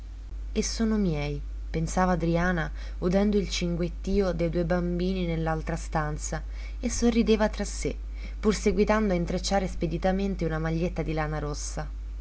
e sono miei pensava adriana udendo il cinguettio de due bambini nell'altra stanza e sorrideva tra sé pur seguitando a intrecciare speditamente una maglietta di lana rossa